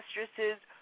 mistresses